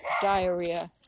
diarrhea